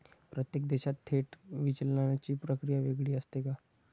प्रत्येक देशात थेट विचलनाची प्रक्रिया वेगळी असते का?